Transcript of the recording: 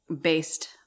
based